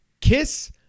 Kiss